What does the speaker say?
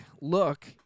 look